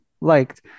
liked